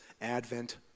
Advent